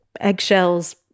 eggshells